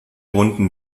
runden